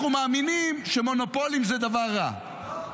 אנחנו מאמינים שמונופולים זה דבר רע.